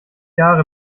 jahre